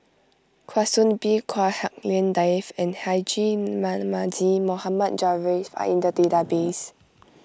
Kwa Soon Bee Chua Hak Lien Dave and Haji Namazie Mohamed Javad are in the database